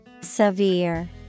Severe